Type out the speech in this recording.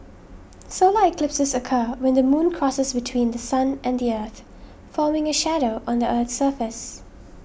solar eclipses occur when the moon crosses between The Sun and the earth forming a shadow on the earth's surface